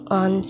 on